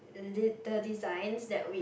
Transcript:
the d~ the designs that we